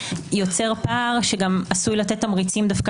יוצר פער שגם עשוי לתת תמריצים דווקא